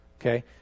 Okay